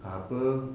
apa